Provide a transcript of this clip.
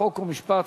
חוק ומשפט,